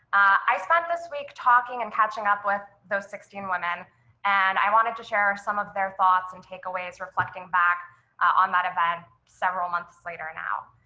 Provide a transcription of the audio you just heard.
i spent this week talking and catching up with those sixteen women and i wanted to share some of their thoughts and takeaways reflecting back on that event several months later now.